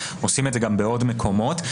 עושים את זה גם בעוד מקומות.